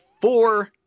four